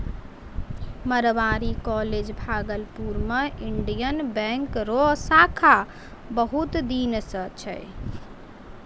Marwari college Bhagalpur मे Indian bank रो शाखा बहुत दिन से छै